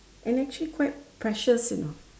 and actually quite precious you know